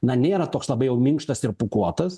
na nėra toks labai jau minkštas ir pūkuotas